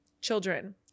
children